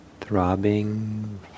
throbbing